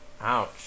Ouch